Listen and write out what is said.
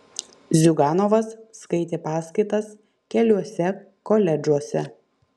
ziuganovas skaitė paskaitas keliuose koledžuose